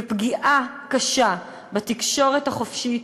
ופגיעה קשה בתקשורת החופשית,